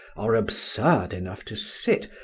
are absurd enough to sit,